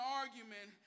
argument